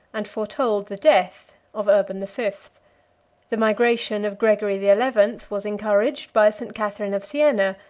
and foretold the death, of urban the fifth the migration of gregory the eleventh was encouraged by st. catharine of sienna,